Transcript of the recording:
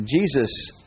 Jesus